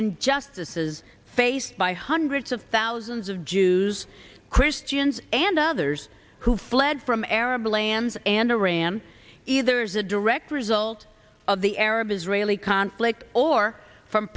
injustices faced by hundreds of thousands of jews christians and others who fled from arab lands and the ram either as a direct result of the arab israeli conflict or from